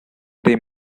they